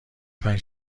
پنج